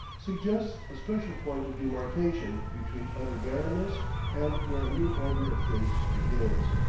suggests a special point of demarcation between utter barrenness and where a new order of things begins.